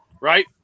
Right